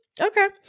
okay